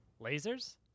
Lasers